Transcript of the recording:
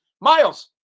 Miles